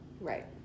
Right